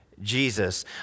Jesus